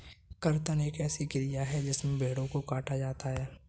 कर्तन एक ऐसी क्रिया है जिसमें भेड़ों को काटा जाता है